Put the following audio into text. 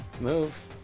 Move